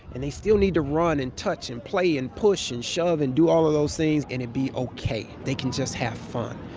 and they still need to run and touch and play and push and shove and do all of those things and it be ok. they can just have fun.